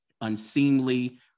unseemly